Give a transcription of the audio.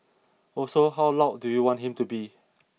also how loud do you want him to be